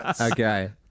Okay